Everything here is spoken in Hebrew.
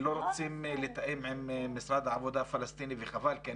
שלא רוצים לתאם עם משרד העבודה הפלסטיני וחבל שאני